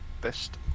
best